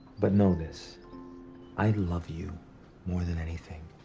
but know this i love you more than anything.